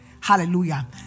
Hallelujah